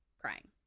Crying